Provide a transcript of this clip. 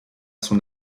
son